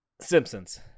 Simpsons